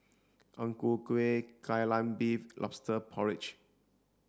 Ang Ku Kueh Kai Lan Beef lobster porridge